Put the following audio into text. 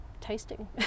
tasting